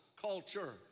culture